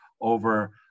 Over